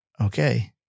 Okay